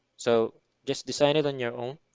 so just design it on your own